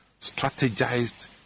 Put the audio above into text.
strategized